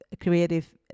creative